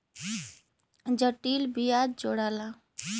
जटिल बियाज जोड़ाला